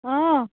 অঁ